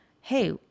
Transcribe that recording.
hey